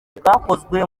bwakozwe